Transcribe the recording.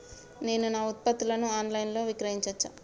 నేను నా ఉత్పత్తులను ఆన్ లైన్ లో విక్రయించచ్చా?